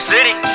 City